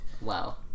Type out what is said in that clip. Wow